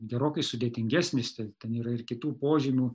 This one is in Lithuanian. gerokai sudėtingesnis tai ten yra ir kitų požymių